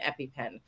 EpiPen